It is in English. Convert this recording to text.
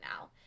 now